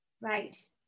Right